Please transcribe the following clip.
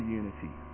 unity